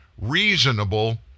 reasonable